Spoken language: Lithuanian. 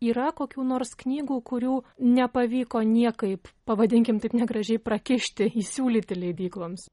yra kokių nors knygų kurių nepavyko niekaip pavadinkim taip negražiai prakišti įsiūlyti leidykloms